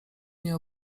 mnie